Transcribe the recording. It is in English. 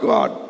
God